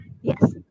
yes